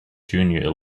junior